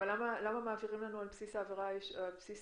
למה מעבירים לנו על בסיס העבירה הישנה?